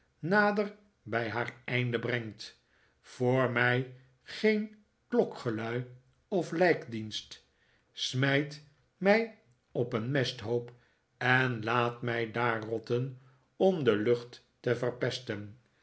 nader bij haar einde brengt voor mij geen klokgelui of lijkdienst smijt mij op een mesthoop en laat mij daar rotten om de lucht te verpesten